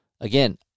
Again